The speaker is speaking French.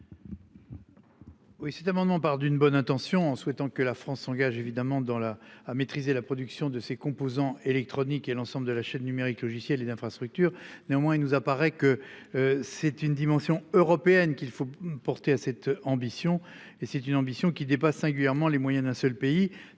Oui, cet amendement barre d'une bonne intention en souhaitant que la France s'engage évidemment dans la à maîtriser la production de ses composants électroniques et l'ensemble de la chaîne numérique logiciel et d'infrastructures. Néanmoins il nous apparaît que. C'est une dimension européenne qu'il faut porter à cette ambition et c'est une ambition qui n'est pas singulièrement les moyens d'un seul pays.